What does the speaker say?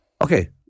Okay